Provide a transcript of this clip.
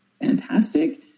fantastic